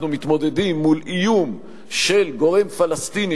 אנחנו מתמודדים מול איום של גורם פלסטיני,